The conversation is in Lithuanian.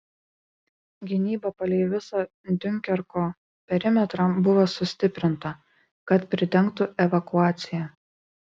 gynyba palei visą diunkerko perimetrą buvo sustiprinta kad pridengtų evakuaciją